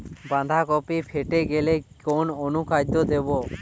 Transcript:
বাঁধাকপি ফেটে গেলে কোন অনুখাদ্য দেবো?